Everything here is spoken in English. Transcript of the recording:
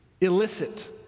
illicit